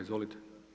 Izvolite.